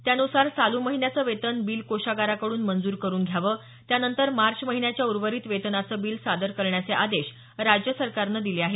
त्यानुसार चालू महिन्याचं वेतन बिल कोषागाराकडून मंजूर करुन घ्यावं त्यानंतर मार्च महिन्याच्या उर्वरित वेतनाचं बिल सादर करण्याचे आदेश राज्य सरकारने दिले आहेत